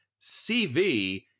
CV